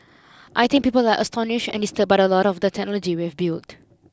I think people are astonished and disturbed by a lot of the technology we have built